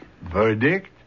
Verdict